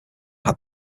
had